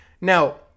Now